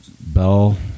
bell